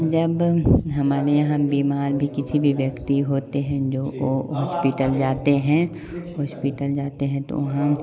जब हमारे यहाँ बीमार भी किसी भी व्यक्ति होते हैं जो वो हॉस्पिटल जाते हैं हॉस्पिटल जाते हैं तो हम